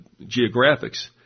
geographics